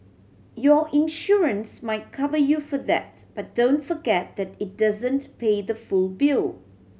your insurance might cover you for that but don't forget that it doesn't pay the full bill